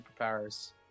superpowers